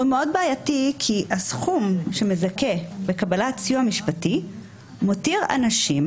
הוא מאוד בעייתי כי הסכום שמזכה לקבלת סיוע משפטי מותיר אנשים